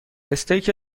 استیک